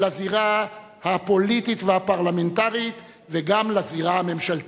לזירה הפוליטית והפרלמנטרית וגם לזירה הממשלתית.